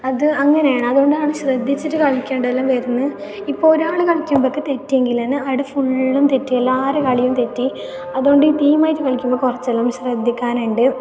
അത് അങ്ങനെയാണ് അതുകൊണ്ടാണ് ശ്രദ്ധിച്ചിട്ട് കളിക്കേണ്ടത് എല്ലാം വരുന്നത് ഇപ്പം ഒരാൾ കളിക്കുമ്പോഴേക്ക് തെറ്റിയെങ്കിൽ തന്നെ അയടെ ഫുള്ളും തെറ്റി എല്ലാവരെ കളിയും തെറ്റി അതുകൊണ്ട് ടീമായിട്ട് കളിക്കുമ്പോൾ കുറച്ചെല്ലാം ശ്രദ്ധിക്കാനുണ്ട്